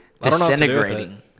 disintegrating